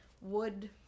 wood